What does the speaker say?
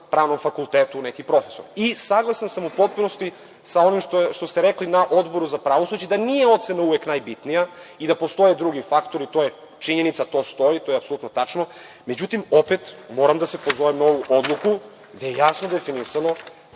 pravnom fakultetu neki profesor. Saglasan sam u potpunosti sa ovim što ste rekli na Odboru za pravosuđe i da nije ocena uvek najbitnija i da postoje drugi faktori. To je činjenica i to stoji i to je apsolutno tačno, međutim, opet moram da se pozovem na ovu odluku gde je jasno definisano